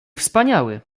wspaniały